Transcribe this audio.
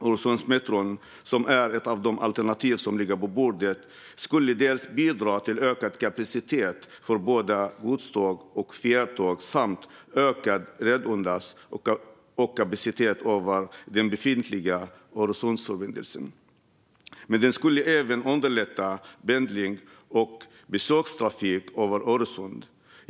Öresundsmetron, som är ett av de alternativ som ligger på bordet, skulle bland annat bidra till ökad kapacitet för både godståg och fjärrtåg samt ökad redundans och kapacitet över den befintliga Öresundsförbindelsen. Den skulle även underlätta för pendling och besökstrafik över Öresund.